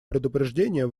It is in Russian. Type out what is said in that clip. предупреждения